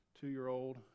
two-year-old